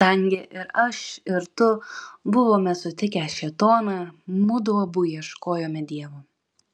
kadangi ir aš ir tu buvome sutikę šėtoną mudu abu ieškojome dievo